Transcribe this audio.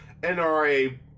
NRA